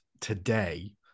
today